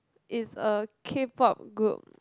it's a K-pop good